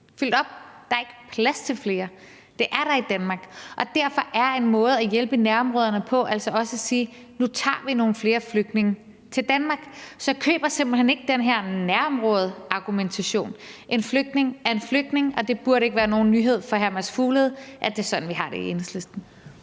fyldt op, der er ikke plads til flere. Det er der i Danmark. Og derfor er en måde at hjælpe i nærområderne på altså også at sige: Nu tager vi nogle flere flygtninge til Danmark. Så jeg køber simpelt hen ikke den her nærområdeargumentation. En flygtning er en flygtning, og det burde ikke være nogen nyhed for hr. Mads Fuglede, at det er sådan, vi har det i Enhedslisten.